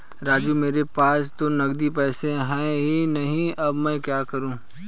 राजू मेरे पास तो नगदी पैसे है ही नहीं अब मैं क्या करूं